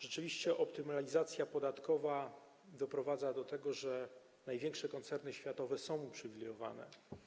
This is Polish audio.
Rzeczywiście optymalizacja podatkowa doprowadza do tego, że największe koncerny światowe są uprzywilejowane.